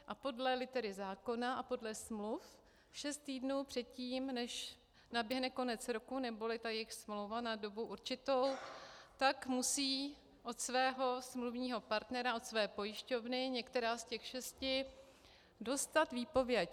A podle litery zákona a podle smluv šest týdnů předtím, než naběhne konec roku neboli ta jejich smlouva na dobu určitou, tak musí od svého smluvního partnera, od své pojišťovny, některé z těch šesti, dostat výpověď.